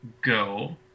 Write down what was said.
go